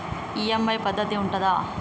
EMI పద్ధతి ఉంటదా?